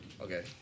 Okay